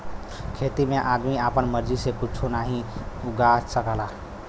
खेती में आदमी आपन मर्जी से कुच्छो नाहीं उगा सकला